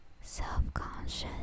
self-conscious